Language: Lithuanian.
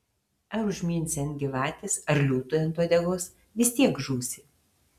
ar užminsi ant gyvatės ar liūtui ant uodegos vis tiek žūsi